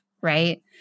right